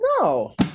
No